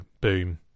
boom